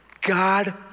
God